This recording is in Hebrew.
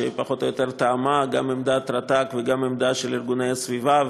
שפחות או יותר תאמה גם את עמדת רט"ג וגם את העמדה של ארגוני הסביבה,